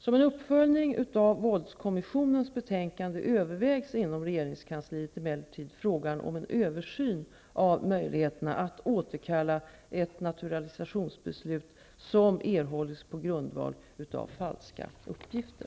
Som en uppföljning av våldskommissionens betänkande övervägs inom regeringskansliet emellertid frågan om en översyn av möjligheterna att återkalla ett naturalisationsbeslut som erhållits på grundval av falska uppgifter.